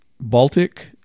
Baltic